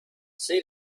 she